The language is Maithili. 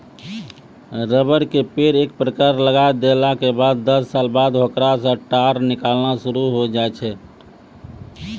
रबर के पेड़ एक बार लगाय देला के बाद दस साल बाद होकरा सॅ टार निकालना शुरू होय जाय छै